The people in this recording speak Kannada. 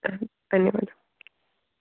ಹಾಂ ಧನ್ಯವಾದ